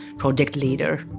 project leader.